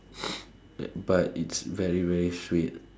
but it's very very sweet